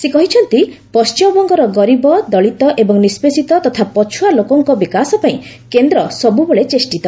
ସେ କହିଛନ୍ତି ପଶ୍ଚିମବଙ୍ଗର ଗରିବ ଦଳିତ ଏବଂ ନିଷ୍ପେସିତ ତଥା ପଛୁଆ ଲୋକଙ୍କ ବିକାଶ ପାଇଁ କେନ୍ଦ୍ର ସବୁବେଳେ ଚେଷ୍ଟିତ